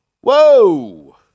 Whoa